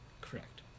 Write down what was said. Correct